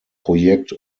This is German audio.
projekt